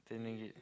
ten ringgit